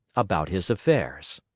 about his affairs.